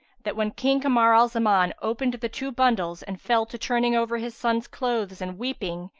that when king kamar la-zaman opened the two bundles and fell to turning over his sons' clothes and weeping,